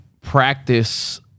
practice